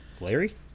larry